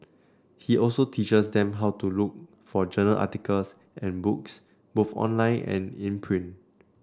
he also teaches them how to look for journal articles and books both online and in print